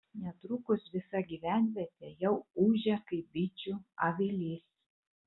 netrukus visa gyvenvietė jau ūžė kaip bičių avilys